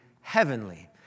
heavenly